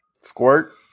Squirt